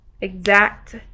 exact